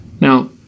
Now